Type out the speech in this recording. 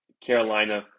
Carolina